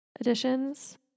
additions